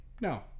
no